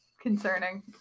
Concerning